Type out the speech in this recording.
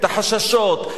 את החששות,